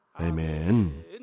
Amen